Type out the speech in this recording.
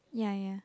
ya ya